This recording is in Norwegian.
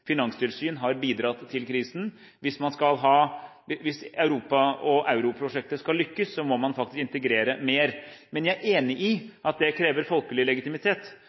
finanstilsyn. Hvis Europa og europrosjektet skal lykkes, må man faktisk integrere mer. Men jeg er enig i at det krever folkelig legitimitet,